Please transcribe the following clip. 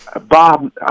Bob